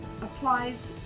applies